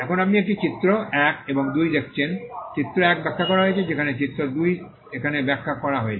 এখন আপনি একটি চিত্র 1 এবং 2 দেখেছেন চিত্র 1 ব্যাখ্যা করা হয়েছে এখানে চিত্র 2 এখানে ব্যাখ্যা করা হয়েছে